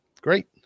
great